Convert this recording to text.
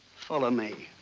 follow me.